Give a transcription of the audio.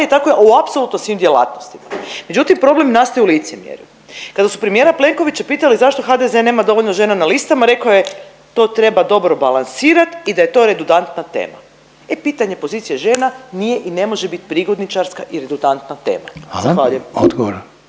i tako je u apsolutno svim djelatnostima. Međutim, problem nastaje u licemjerju. Kada smo premijera Plenkovića pitali zašto HDZ nema dovoljno žena na listama reko je to treba dobro balansirat i da je to redundantna tema. E pitanje pozicija žena nije i ne može bit prigodničarska i redundantna tema. Zahvaljujem.